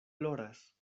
ploras